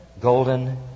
golden